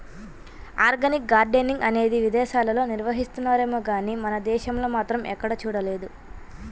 organic gardening అనేది విదేశాల్లో నిర్వహిస్తున్నారేమో గానీ మన దేశంలో మాత్రం ఎక్కడా చూడలేదు